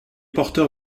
porteur